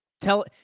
tell